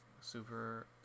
super